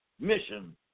mission